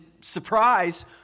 surprise